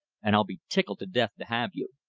and i'll be tickled to death to have you.